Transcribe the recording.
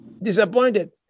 disappointed